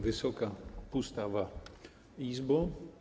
Wysoka Pustawa Izbo!